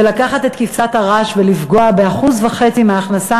לקחת את כבשת הרש ולפגוע ב-1% מההכנסה,